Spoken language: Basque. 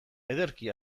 ederki